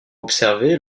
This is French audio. observés